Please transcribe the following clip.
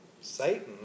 Satan